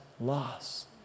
loss